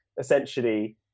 essentially